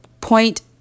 point